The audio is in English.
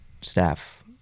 staff